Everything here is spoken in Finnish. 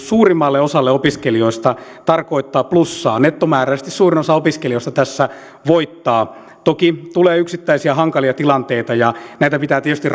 suurimmalle osalle opiskelijoista plussaa nettomääräisesti suurin osa opiskelijoista tässä voittaa toki tulee yksittäisiä hankalia tilanteita ja näitä pitää tietysti